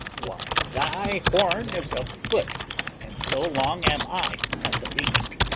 why, thy horn is a foot and so long am i at the least.